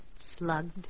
Slugged